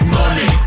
money